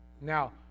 Now